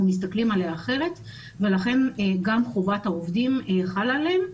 מסתכלים עליה אחרת ולכן גם חובת העובדים חלה עליהם.